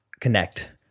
connect